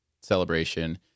celebration